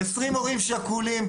20 הורים שכולים,